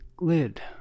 lid